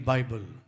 Bible